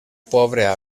pobre